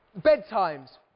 bedtimes